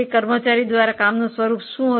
કર્મચારીએ કયા કામ કરે છે